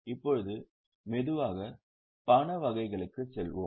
இப்போது பணப்பாய்வு வகைகளுக்கு செல்வோம்